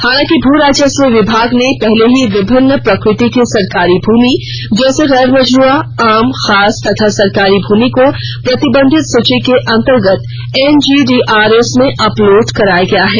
हालांकि भू राजस्व विभाग ने पहले ही विभिन्न प्रकृति की सरकारी भूमि जैसे गैरमजरूआ आम खास तथा अन्य सरकारी भूमि को प्रतिबंधित सूची के अंतर्गत एनजीडीआरएस में अपलोड कराया गया है